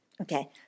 okay